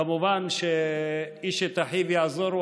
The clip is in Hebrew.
כמובן ש"איש את אחיו יעזורו",